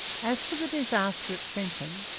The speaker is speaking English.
as for the disaster at trenton,